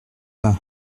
pas